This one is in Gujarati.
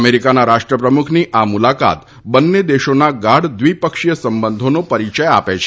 અમેરિકાના રાષ્ટ્રપ્રમુખની આ મુલાકાત બંન્ને દેશોના ગાઢ દ્વિપક્ષીય સંબધોનો પરીયય આપે છે